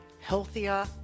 healthier